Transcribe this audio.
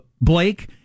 Blake